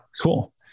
Cool